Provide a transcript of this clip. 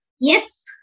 Yes